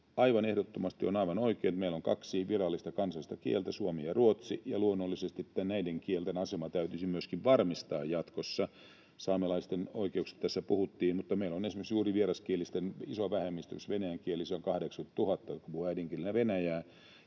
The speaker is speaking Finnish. ehdottomasti on aivan oikein, että meillä on kaksi virallista kansallista kieltä, suomi ja ruotsi, ja luonnollisesti näiden kielten asema täytyisi myöskin varmistaa jatkossa. Saamelaisten oikeuksista tässä puhuttiin, mutta meillä on esimerkiksi juuri vieraskielisten iso vähemmistö. Esimerkiksi venäjänkielisiä on 80 000, niitä, jotka puhuvat äidinkielenään venäjää,